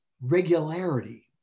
regularity